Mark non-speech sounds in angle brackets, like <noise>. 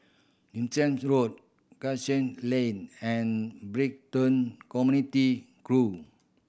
<unintelligible> Road Cashew Link and Brighton Community Grove